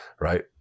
right